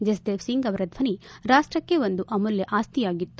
ಜಸ್ದೇವ್ ಸಿಂಗ್ ಅವರ ಧ್ವನಿ ರಾಪ್ಟಕ್ಕೆ ಒಂದು ಅಮೂಲ್ಯ ಆಸ್ತಿಯಾಗಿತ್ತು